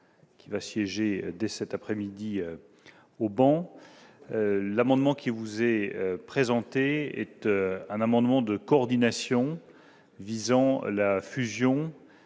Qui va siéger dès cet après-midi au banc, l'amendement qui vous est présenté et tu un amendement de coordination visant la fusion